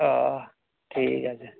ওঃ ঠিক আছে